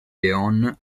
león